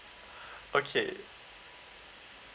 okay